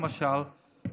למשל,